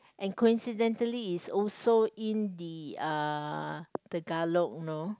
and coincidentally it's also in the uh Tagalog no